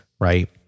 right